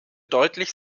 deutlich